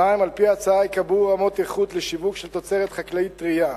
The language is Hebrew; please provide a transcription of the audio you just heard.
2. על-פי ההצעה ייקבעו רמות איכות לשיווק תוצרת חקלאית טרייה,